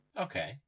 Okay